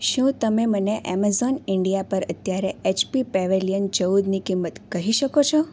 શું તમે મને એમેઝોન ઇન્ડિયા પર અત્યારે એચપી પેવેલિયન ચૌદની કિંમત કહી શકો છો